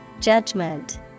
Judgment